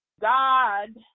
god